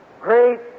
great